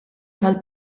tal